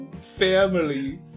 family